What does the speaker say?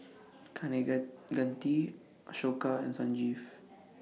Kaneganti Ashoka and Sanjeev